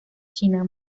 china